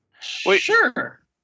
Sure